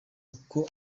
uko